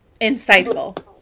insightful